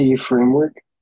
framework